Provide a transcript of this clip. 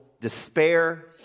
despair